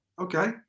okay